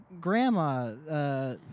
grandma